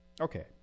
Okay